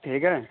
ٹھیک ہے